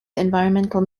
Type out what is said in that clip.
environmental